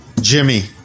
Jimmy